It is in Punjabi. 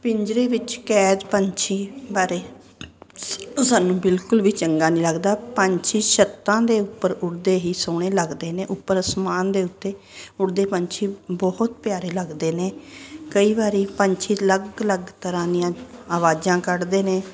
ਪਿੰਜਰੇ ਵਿੱਚ ਕੈਦ ਪੰਛੀ ਬਾਰੇ ਸਾਨੂੰ ਬਿਲਕੁਲ ਵੀ ਚੰਗਾ ਨਹੀਂ ਲੱਗਦਾ ਪੰਛੀ ਛੱਤਾਂ ਦੇ ਉੱਪਰ ਉੱਡਦੇ ਹੀ ਸੋਹਣੇ ਲੱਗਦੇ ਨੇ ਉੱਪਰ ਅਸਮਾਨ ਦੇ ਉੱਤੇ ਉੱਡਦੇ ਪੰਛੀ ਬਹੁਤ ਪਿਆਰੇ ਲੱਗਦੇ ਨੇ ਕਈ ਵਾਰੀ ਪੰਛੀ ਅਲੱਗ ਅਲੱਗ ਤਰ੍ਹਾਂ ਦੀਆਂ ਆਵਾਜ਼ਾਂ ਕੱਢਦੇ ਨੇ